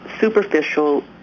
superficial